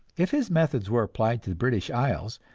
if his methods were applied to the british isles,